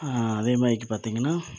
அதேமாதிரிக்கி பார்த்தீங்கனா